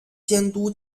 监督